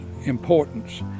importance